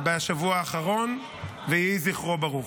בשבוע האחרון, ויהי זכרו ברוך.